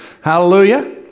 Hallelujah